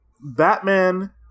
Batman